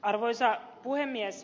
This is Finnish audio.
arvoisa puhemies